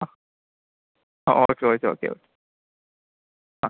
ആ ആ okay okay okay okay ആ